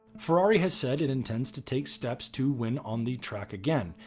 ferrari has said it intends to take steps to win on the track again,